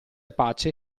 pace